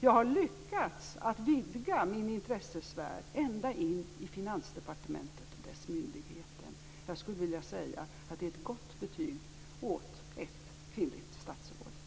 Jag har lyckats att vidga min intressesfär ända in i Finansdepartementet och dess myndigheter. Jag skulle vilja säga att det är ett gott betyg åt ett kvinnligt statsråd.